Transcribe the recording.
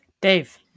Dave